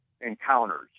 encounters